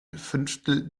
fünftel